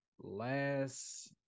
last